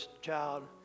child